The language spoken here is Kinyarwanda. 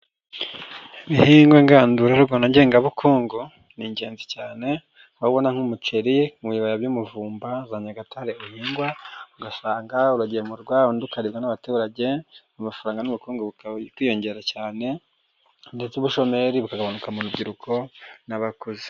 ibihingwa ngandura na ngengabukungu ni ingenzi cyane urabona nk'umuceri mu bibaya by'umuvumba za Nyagatare uhingwa, ugasanga uragemurwa undi ukaribwa n'abaturage amafaranga n'ubukungu bukiyongera cyane ndetse ubushomeri bukagabanuka mu rubyiruko n'abakuze.